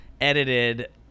edited